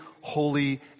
holy